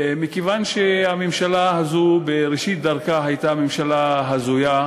מכיוון שהממשלה הזו מראשית דרכה הייתה ממשלה הזויה,